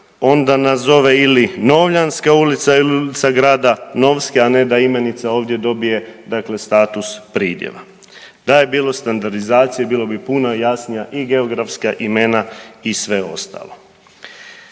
onda nazove ili Novljanska ulicama ili Ulica grada Novske, a ne da imenica ovdje dobije, dakle, status pridjeva. Da je bilo standardizacije, bilo bi puno jasnija i geografska imena i sve ostalo.